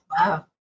wow